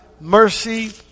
mercy